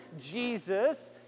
Jesus